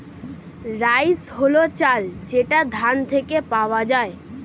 rice হল চাল যেটা ধান থেকে পাওয়া যায়